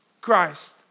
Christ